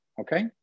okay